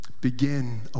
begin